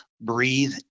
breathe